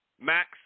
max